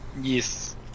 Yes